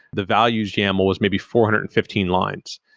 the values yaml is maybe four hundred and fifteen lines.